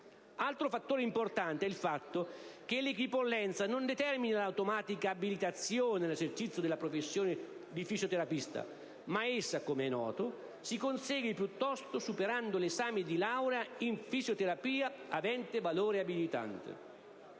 Altro fattore importante è il fatto che l'equipollenza non determina l'automatica abilitazione all'esercizio della professione di fisioterapista, ma essa, com'è noto, si consegue piuttosto superando l'esame di laurea in fisioterapia avente valore abilitante.